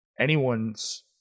anyone's